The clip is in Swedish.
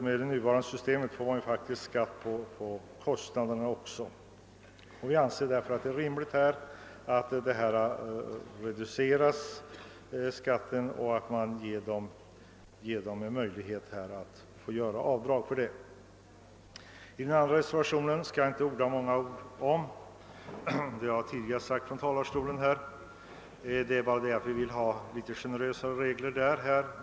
Med det nuvarande systemet blir det faktiskt skatt även på kostnaderna, och därför anser vi det vara rimligt att skatten reduceras genom att avdrag medges. Reservationen 2 skall jag här inte orda mycket om. Den har redan behandlats från denna talarstol. I den reservationen har vi yrkat på litet mera generösa regler.